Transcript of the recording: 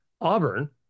Auburn